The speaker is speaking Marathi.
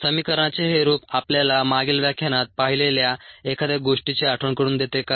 समीकरणाचे हे रूप आपल्याला मागील व्याख्यानात पाहिलेल्या एखाद्या गोष्टीची आठवण करून देते का